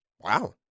Wow